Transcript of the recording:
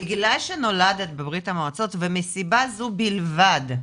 בגלל שנולדת בבריה"מ ומסיבה זו בלבד,